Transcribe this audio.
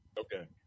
Okay